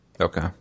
Okay